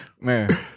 Man